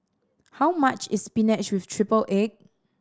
how much is spinach with triple egg